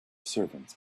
servants